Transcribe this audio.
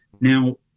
Now